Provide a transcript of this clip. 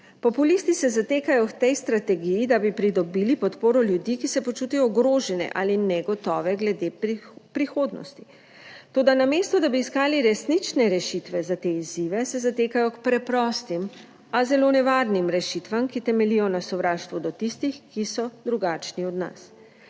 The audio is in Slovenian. Populisti se zatekajo k tej strategiji, da bi pridobili podporo ljudi, ki se počutijo ogrožene ali negotove glede prihodnosti. Toda namesto da bi iskali resnične rešitve za te izzive, se zatekajo k preprostim, a zelo nevarnim rešitvam, ki temeljijo na sovraštvu do tistih, ki so drugačni od nas.